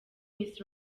miss